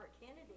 Kennedy